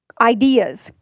ideas